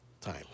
Time